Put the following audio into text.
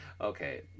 Okay